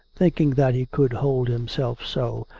thinking that he could hold himself so,